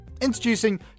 Introducing